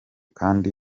kandi